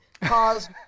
cause